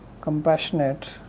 compassionate